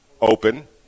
open